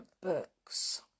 Books